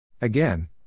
Again